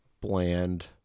bland